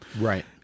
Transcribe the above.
right